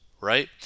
right